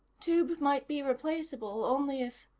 tube might be replaceable only if.